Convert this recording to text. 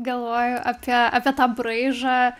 galvoju apie apie tą braižą